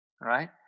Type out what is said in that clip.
right